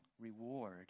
reward